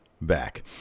back